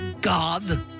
God